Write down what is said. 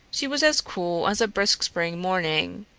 she was as cool as a brisk spring morning.